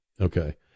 Okay